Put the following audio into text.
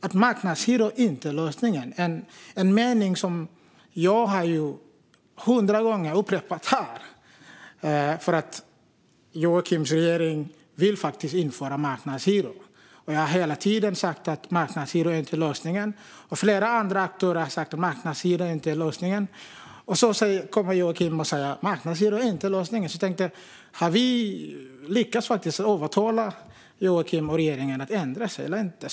Att marknadshyror inte är lösningen är en mening som jag har upprepat här i kammaren hundra gånger, eftersom Joakims regering vill införa marknadshyror. Jag har hela tiden sagt att marknadshyror inte är lösningen. Flera andra aktörer har också sagt att marknadshyror inte är lösningen. När Joakim nu säger att marknadshyror inte är lösningen undrar jag om vi faktiskt har lyckats övertala Joakim och regeringen att ändra sig.